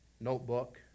notebook